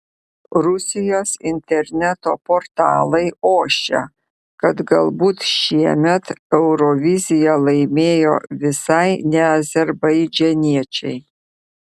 rusijos interneto portalai ošia kad galbūt šiemet euroviziją laimėjo visai ne azerbaidžaniečiai